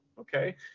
okay